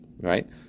right